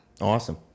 awesome